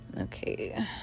Okay